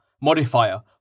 Modifier